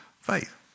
Faith